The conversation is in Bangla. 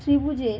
ত্রিভুজে